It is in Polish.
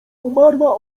umarła